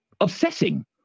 obsessing